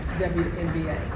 WNBA